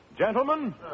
Gentlemen